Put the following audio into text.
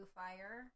fire